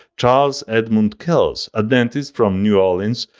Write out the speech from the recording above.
charles edmund kells, a dentist from new orleans,